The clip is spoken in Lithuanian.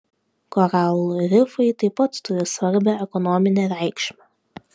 koralų rifai taip pat turi svarbią ekonominę reikšmę